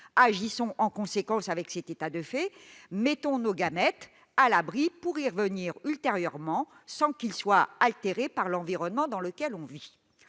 agissons en conséquence et mettons nos gamètes à l'abri, pour y revenir ultérieurement sans qu'ils aient été altérés par l'environnement dans lequel nous